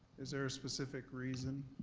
is there a specific reason?